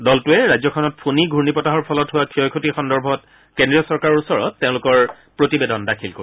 দলটোৱে ৰাজ্যখনত ফ'ণী ঘূৰ্ণীবতাহৰ ফলত হোৱা ক্ষয় ক্ষতি সন্দৰ্ভত কেন্দ্ৰীয় চৰকাৰৰ ওচৰত তেওঁলোকৰ প্ৰতিবেদন দাখিল কৰিব